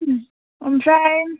ओमफ्राय